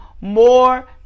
more